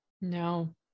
No